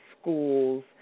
schools